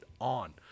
on